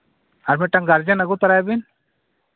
ᱟᱨ ᱢᱤᱫᱴᱟᱱ ᱜᱟᱨᱡᱮᱱ ᱟᱹᱜᱩ ᱛᱚᱨᱟᱭᱮᱵᱤᱱ